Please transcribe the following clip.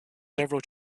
several